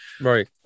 Right